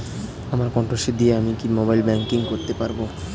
আমার কন্ঠস্বর দিয়ে কি আমি মোবাইলে ব্যাংকিং করতে পারবো?